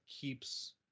keeps